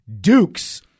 Dukes